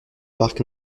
parc